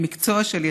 המקצוע שלי,